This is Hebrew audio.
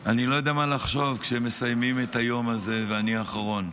אני לא יודע מה לחשוב כמסיימים את היום הזה ואני אחרון,